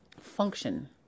function